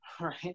Right